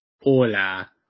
hola